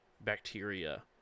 bacteria